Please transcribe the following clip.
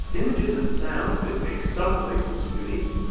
images and sounds that make some places unique.